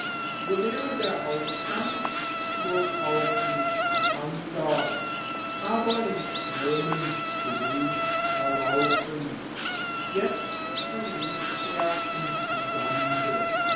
so wäre der aufstand wohl auch nicht anders aber in strömen bluts verlaufen jetzt verlief er im sande